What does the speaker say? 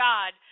God